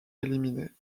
éliminée